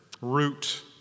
root